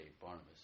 Barnabas